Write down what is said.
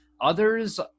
others